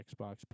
Xbox